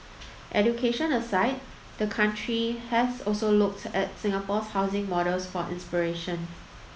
education aside the country has also looked at Singapore's housing models for inspiration